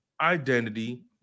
identity –